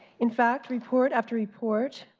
in fact, report after report,